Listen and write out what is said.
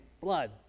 blood